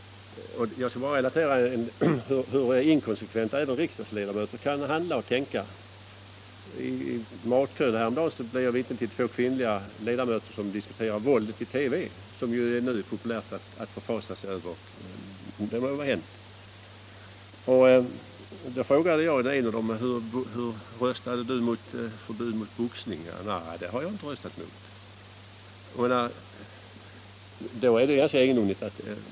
Men jag har ett exempel på hur inkonsekvent även riksdagsledamöter kan handla och tänka. I matkön häromdagen blev jag vittne till två kvinnliga ledamöters diskussion om våldet i TV, som det ju nu är populärt att förfasa sig över, och det må väl vara hänt. Jag frågade den ena av dem hur hon hade röstat i frågan om förbud mot boxning. Det hade hon inte röstat för. Jag finner detta egendomligt.